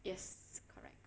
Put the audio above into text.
yes correct